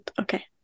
okay